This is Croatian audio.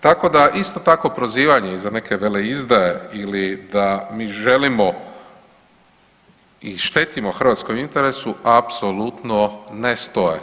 Tako da isto tako prozivanje i za neke veleizdaje ili da mi želimo i štetimo hrvatskom interesu apsolutno ne stoje.